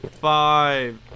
Five